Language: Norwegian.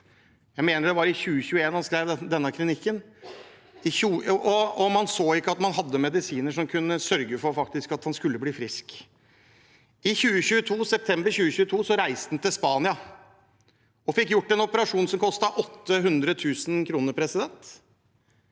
Jeg mener det var i 2021 han skrev denne kronikken, og man så at man ikke hadde medisiner som kunne sørge for at han faktisk skulle bli frisk. I september 2022 reiste han til Spania og fikk utført en operasjon som kostet 800 000 kr. Etter